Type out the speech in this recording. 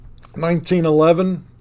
1911